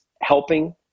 helping